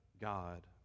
God